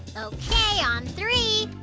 okay, on three.